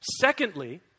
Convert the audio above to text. Secondly